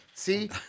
See